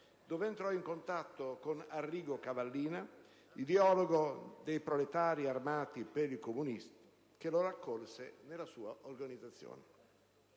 dove entrò in contatto con Arrigo Cavallina, ideologo dei Proletari armati per il comunismo, che lo accolse nell'organizzazione.